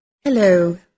Hello